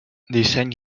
disseny